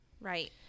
Right